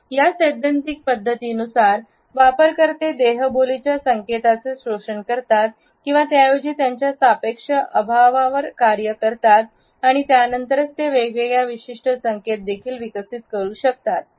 या सैद्धांतिक पध्दतीनुसार वापरकर्ते देहबोली च्या संकेतांचा शोषण करतात किंवा त्याऐवजी त्यांच्या सापेक्ष अभावावरकार्य करतात आणि त्यानंतरच ते वेगवेगळ्या विशिष्ट संकेत देखील विकसित करू शकतात